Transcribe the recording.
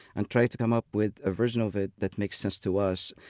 and try to come up with a version of it that makes sense to us.